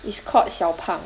it's called 小胖